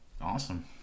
Awesome